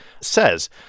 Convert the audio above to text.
says